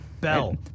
Bell